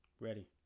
Ready